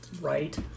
right